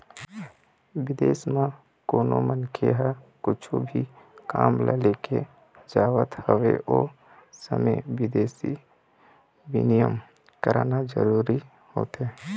बिदेस म कोनो मनखे ह कुछु भी काम ल लेके जावत हवय ओ समे बिदेसी बिनिमय कराना जरूरी होथे